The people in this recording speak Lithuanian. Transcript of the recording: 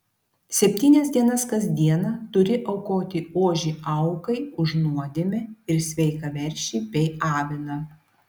septynias dienas kas dieną turi aukoti ožį aukai už nuodėmę ir sveiką veršį bei aviną